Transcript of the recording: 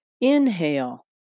Inhale